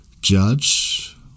judge